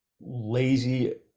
lazy